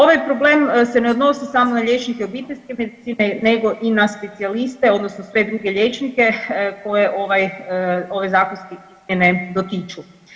Ovaj problem se ne odnosi samo na liječnike obiteljske medicine nego i na specijaliste odnosno sve druge liječnike koje ovaj, ove zakonske izmjene dotiču.